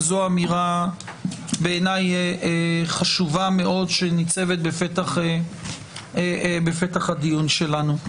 זו אמירה בעיניי חשובה מאוד שניצבת בפתח הדיון שלנו.